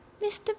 mr